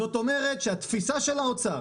זאת אומרת שהתפיסה של האוצר